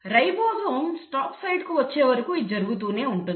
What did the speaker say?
ribosome stop site కు వచ్చేవరకు ఇది జరుగుతూనే ఉంటుంది